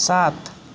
सात